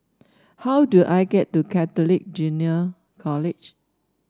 how do I get to Catholic Junior College